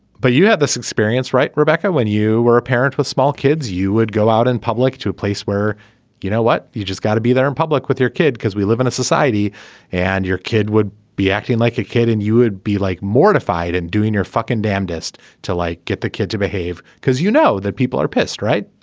but you have this experience right. rebecca when you were a parent with small kids you would go out in public to a place where you know what you just got to be there in public with your kid because we live in a society and your kid would be acting like a kid and you would be like mortified and doing your fucking damnedest to like get the kid to behave because you know that people are pissed right